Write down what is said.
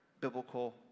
biblical